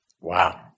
Wow